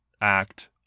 act